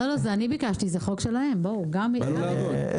באנו לעבוד.